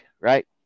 right